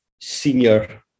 senior